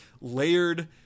layered